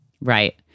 Right